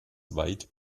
weit